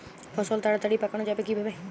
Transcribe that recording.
ফসল তাড়াতাড়ি পাকানো যাবে কিভাবে?